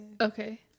Okay